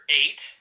eight